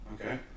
Okay